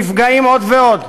נפגעים עוד ועוד.